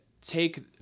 take